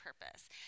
purpose